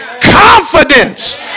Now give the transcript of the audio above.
confidence